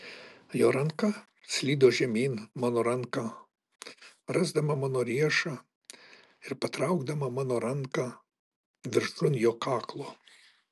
jo ranka slydo žemyn mano ranką rasdama mano riešą ir patraukdama mano ranką viršun jo kaklo